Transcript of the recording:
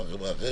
פעם חברה אחרת,